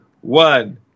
one